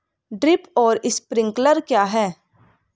Drip और sprinkler क्या हैं?